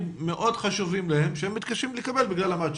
מאוד חשובים להם שהם מתקשים לקבל בגלל המצ'ינג.